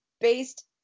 based